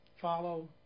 Follow